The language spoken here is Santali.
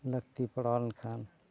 ᱞᱟᱹᱠᱛᱤ ᱯᱟᱲᱟᱣ ᱞᱮᱱᱠᱷᱟᱱ